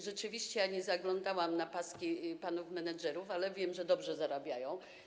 Rzeczywiście, nie zaglądałam do pasków panów menedżerów, ale wiem, że dobrze zarabiają.